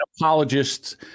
apologists